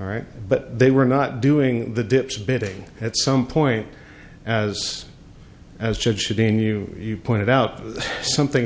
all right but they were not doing the dips bidding at some point as as judge had been you you pointed out that something